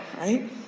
right